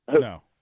No